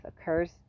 occurs